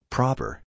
Proper